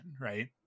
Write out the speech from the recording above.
right